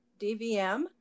DVM